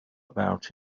about